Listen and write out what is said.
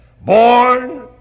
born